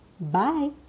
bye